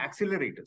accelerators